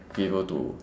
be able to